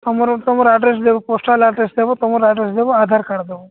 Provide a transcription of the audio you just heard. ତୁମର ତୁମ ଆଡ୍ରେସ୍ ଦେବ ପୋଷ୍ଟାଲ ଆଡ୍ରେସ୍ ଦେବ ତୁମ ଆଡ୍ରେସ୍ ଦେବ ଆଧାର କାର୍ଡ୍ ଦେବ